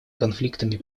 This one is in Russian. конфликтами